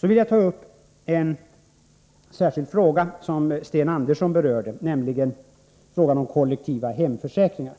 Jag vill ta upp en särskild fråga som Sten Andersson i Malmö berörde, nämligen frågan om kollektiva hemförsäkringar.